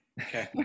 okay